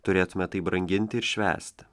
turėtume tai branginti ir švęsti